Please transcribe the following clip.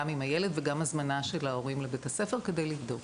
גם עם הילד וגם הזמנה של ההורים לבית הספר כדי לבדוק